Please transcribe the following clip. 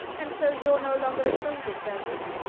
and so you're no longer a soldier, sergius.